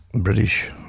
British